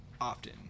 often